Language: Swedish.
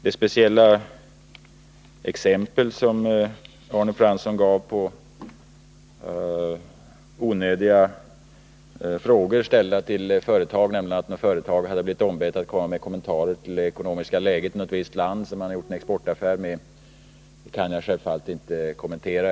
Det speciella exempel som Arne Fransson gav på onödiga frågor ställda till företagen - något företag hade blivit ombett att göra kommentarer till det ekonomiska läget i något visst land som företaget gjort en exportaffär med — kan jag självfallet inte kommentera.